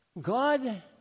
God